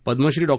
Padmashri Dr